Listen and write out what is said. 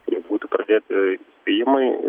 jau būtų pradėti įspėjimai